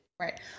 Right